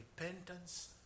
repentance